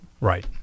Right